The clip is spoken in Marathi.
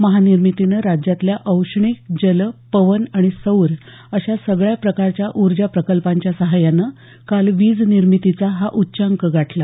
महानिर्मितीनं राज्यातल्या औष्णिक जल पवन आणि सौर अशा सगळ्या प्रकारच्या ऊर्जा प्रकल्पांच्या सहाय्यानं काल वीज निर्मितीचा हा उच्चांक गाठला